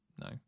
no